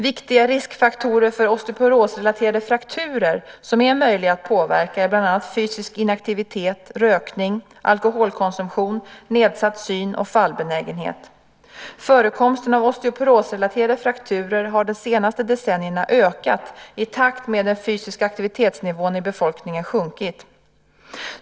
Viktiga riskfaktorer för osteoporosrelaterade frakturer, som är möjliga att påverka, är bland annat fysisk inaktivitet, rökning, alkoholkonsumtion, nedsatt syn och fallbenägenhet. Förekomsten av osteoporosrelaterade frakturer har de senaste decennierna ökat i takt med att den fysiska aktivitetsnivån i befolkningen sjunkit.